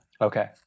Okay